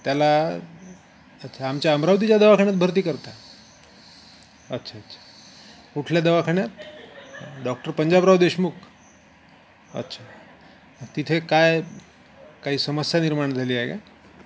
त्याला अच्छा आमच्या अमरावतीच्या दवाखान्यात भरती करता अच्छा अच्छा कुठल्या दवाखान्यात डॉक्टर पंजाबराव देशमुख अच्छा तिथे काय काही समस्या निर्माण झाली आहे का